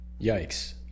Yikes